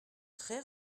très